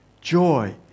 joy